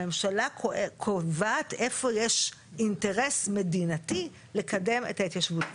הממשלה קובעת איפה יש אינטרס מדינתי לקדם את ההתיישבות.